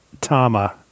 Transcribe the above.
Tama